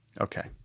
Okay